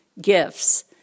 gifts